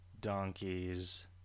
donkeys